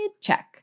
Check